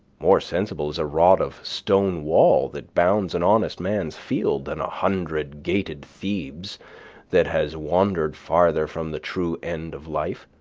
more sensible is a rod of stone wall that bounds an honest man's field than a hundred-gated thebes that has wandered farther from the true end of life.